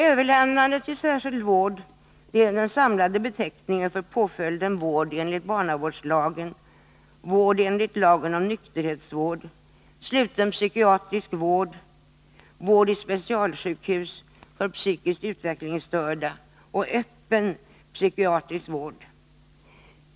Överlämnande till särskild vård är en samlande beteckning för påföljderna vård enligt barnavårdslagen, vård enligt lagen om nykterhetsvård, sluten psykiatrisk vård, vård i specialsjukhus för psykiskt utvecklingsstörda och öppen psykiatrisk vård.